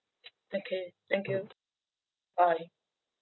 okay thank you bye